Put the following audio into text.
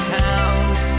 towns